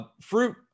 fruit